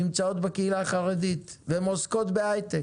נמצאות בקהילה החרדית והן עוסקות בהיי-טק,